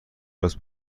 راست